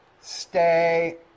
stay